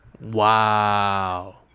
Wow